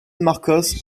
marcos